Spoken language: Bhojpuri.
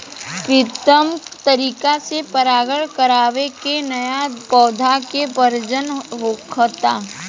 कृत्रिम तरीका से परागण करवा के न्या पौधा के प्रजनन होखता